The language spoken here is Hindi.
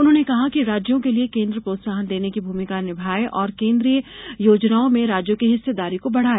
उन्होंने कहा कि राज्यों के लिए केन्द्र प्रोत्साहन देने की भूमिका निभाए और केन्द्रीय योजनाओं में राज्यों की हिस्सेदारी को बढ़ाए